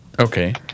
Okay